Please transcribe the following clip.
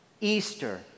Easter